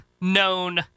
known